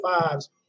fives